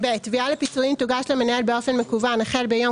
"(ב) תביעה לפיצויים תוגש למנהל באופן מקוון החל ביום